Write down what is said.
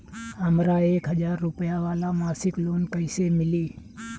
हमरा एक हज़ार रुपया वाला मासिक लोन कईसे मिली?